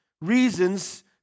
reasons